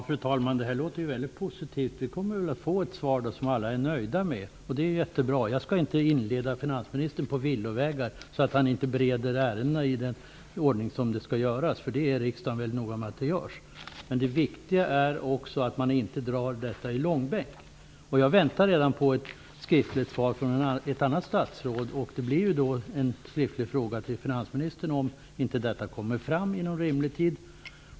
Fru talman! Det här låter mycket positivt. Vi kommer väl då att få ett svar som alla är nöjda med, och det är jättebra. Jag skall inte leda in finansministern på villovägar, så att han inte bereder ärendena i den ordning som skall följas. Riksdagen är mycket noga med att denna ordning iakttas. Men det är också viktigt att man inte drar detta i långbänk. Jag väntar redan på ett skriftligt svar från ett annat statsråd, och det blir också en skriftlig fråga till finansministern för det fall att beslutet inte kommer inom rimlig tid.